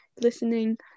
listening